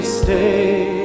stay